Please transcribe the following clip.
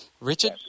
Richard